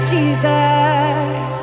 Jesus